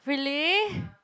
really